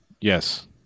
Yes